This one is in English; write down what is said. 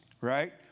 right